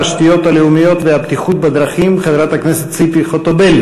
התשתיות הלאומיות והבטיחות בדרכים חברת הכנסת ציפי חוטובלי